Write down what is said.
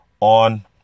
on